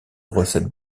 recettes